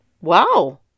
wow